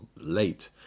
late